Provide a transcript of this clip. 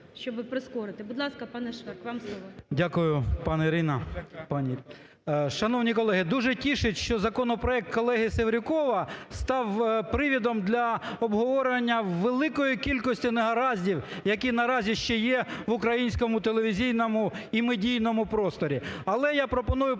Дякую, пані Ірино.